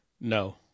No